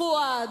פואד,